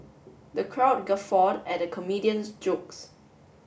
the crowd guffawed at the comedian's jokes